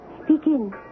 begin